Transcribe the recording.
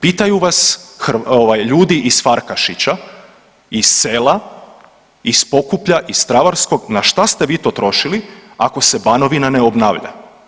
Pitaju vas ovaj ljudi iz Farkašića iz sela iz Pokuplja, iz Travarskog na šta ste vi to trošili ako se Banovina ne obnavlja?